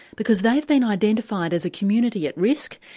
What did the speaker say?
because they've been identified as a community at risk,